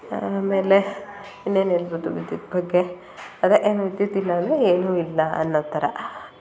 ಆಮೇಲೆ ಇನ್ನೇನು ಹೇಳ್ಬೌದು ವಿದ್ಯುತ್ ಬಗ್ಗೆ ಅದೇ ಏನು ವಿದ್ಯುತ್ ಇಲ್ಲ ಅಂದರೆ ಏನೂ ಇಲ್ಲ ಅನ್ನೋ ಥರ